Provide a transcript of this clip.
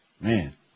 Man